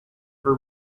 her